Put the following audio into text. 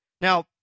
Now